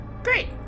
Great